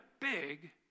big